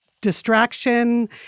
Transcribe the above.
distraction